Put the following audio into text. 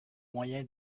moyen